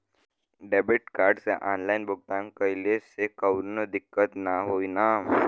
Debit card से online भुगतान कइले से काउनो दिक्कत ना होई न?